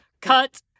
Cut